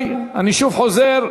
26 בעד,